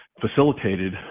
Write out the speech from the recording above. facilitated